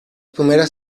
primeras